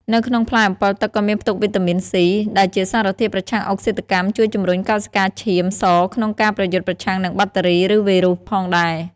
នៅក្នងផ្លែអម្ពិលទឹកក៏មានផ្ទុកវីតាមីន ស៊ី ដែលជាសារធាតុប្រឆាំងអុកស៊ីតកម្មជួយជំរុញកោសិកាឈាមសក្នុងការប្រយុទ្ធប្រឆាំងនឹងបាក់តេរី ឬវីរុសផងដែរ។